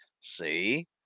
see